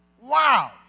Wow